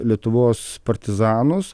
lietuvos partizanus